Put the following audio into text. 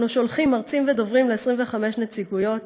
אנו שולחים מרצים ודוברים ל-25 נציגויות,